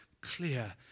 clear